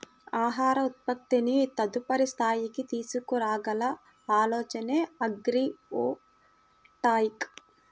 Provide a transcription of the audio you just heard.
ఆహార ఉత్పత్తిని తదుపరి స్థాయికి తీసుకురాగల ఆలోచనే అగ్రివోల్టాయిక్